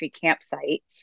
campsite